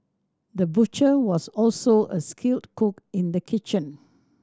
the butcher was also a skilled cook in the kitchen